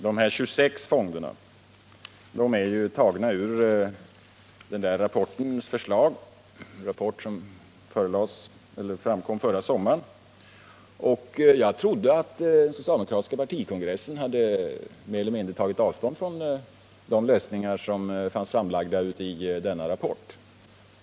De här 26 fonderna är något som tagits ur den rapport som framkom förra sommaren, och jag trodde att den socialdemokratiska partikongressen hade mer eller mindre tagit avstånd från de lösningar som fanns framlagda uti denna rapport.